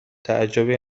تعجبی